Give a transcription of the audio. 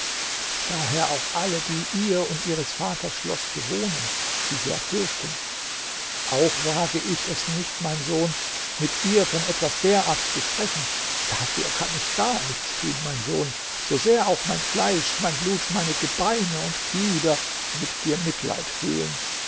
daher auch alle die ihr und ihres vaters schloß bewohnen sie sehr fürchten auch wage ich es nicht mein sohn mit ihr von etwas derart zu sprechen dafür kann ich gar nichts tun mein sohn so sehr auch mein fleisch mein blut meine gebeine und glieder mit dir mitleid fühlen